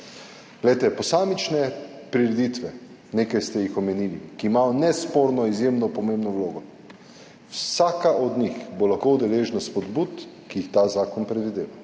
Glejte, posamične prireditve - nekaj ste jih omenili -, ki imajo nesporno izjemno pomembno vlogo, vsaka od njih bo lahko deležna spodbud, ki jih ta zakon predvideva,